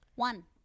One